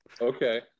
Okay